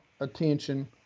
attention